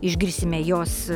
išgirsime jos